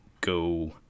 go